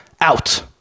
out